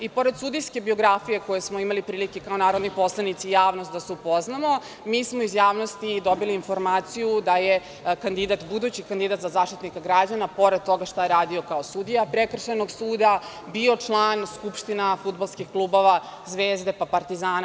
I pored sudijske biografije koju smo imali prilike kao narodni poslanici i javnost da se upoznamo, mi smo iz javnosti dobili informaciju da je budući kandidat za Zaštitnika građana, pored toga što je radio kao sudija Prekršajnog suda, bio član skupština fudbalskih klubova Zvezde, Partizana.